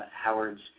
Howard's